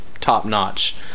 top-notch